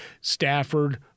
Stafford